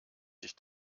sich